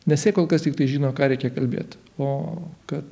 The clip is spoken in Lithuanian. nes jie kol kas tiktai žino ką reikia kalbėt o kad